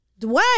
Dwayne